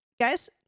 Guys